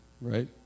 right